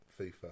FIFA